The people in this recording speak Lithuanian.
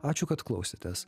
ačiū kad klausėtės